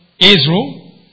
Israel